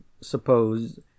suppose